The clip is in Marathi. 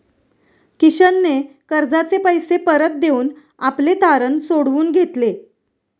किशनने कर्जाचे पैसे परत देऊन आपले तारण सोडवून घेतले